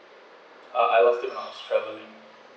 ah I was still on travelling